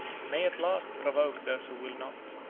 may at last provoke those who will not,